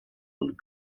und